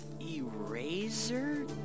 Eraser